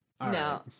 No